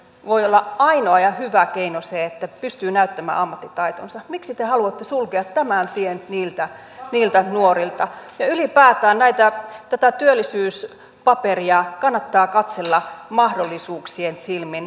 voi olla ainoa ja hyvä keino että pystyy näyttämään ammattitaitonsa miksi te haluatte sulkea tämän tien niiltä niiltä nuorilta ja ylipäätään tätä työllisyyspaperia kannattaa katsella mahdollisuuksien silmin